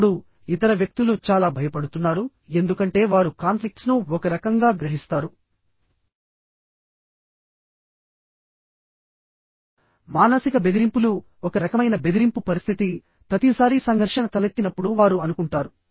ఇప్పుడు ఇతర వ్యక్తులు చాలా భయపడుతున్నారు ఎందుకంటే వారు కాన్ఫ్లిక్ట్స్ ను ఒక రకంగా గ్రహిస్తారుమానసిక బెదిరింపులు ఒక రకమైన బెదిరింపు పరిస్థితి ప్రతిసారీ సంఘర్షణ తలెత్తినప్పుడు వారు అనుకుంటారు